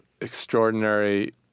extraordinary